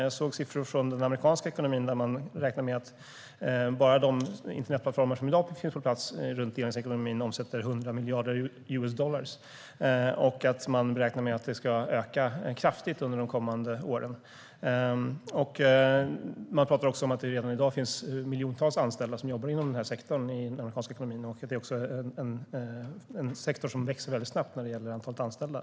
Jag såg siffror från den amerikanska ekonomin där man räknar med att bara de internetplattformar som i dag finns på plats runt delningsekonomin omsätter 100 miljarder US-dollar och att man räknar med att det ska öka kraftigt under de kommande åren. Man talar också om att det redan i dag finns miljontals anställda som jobbar inom denna sektor i den amerikanska ekonomin och att det också är en sektor som växer mycket snabbt när det gäller antalet anställda.